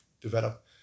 develop